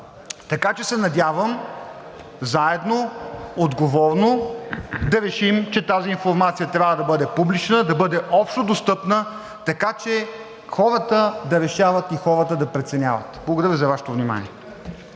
и господа. Надявам се заедно, отговорно да решим, че тази информация трябва да бъде публична, да бъде общодостъпна, така че хората да решават и хората да преценяват. Благодаря за Вашето внимание.